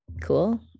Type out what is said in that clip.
cool